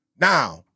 Now